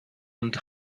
and